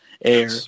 air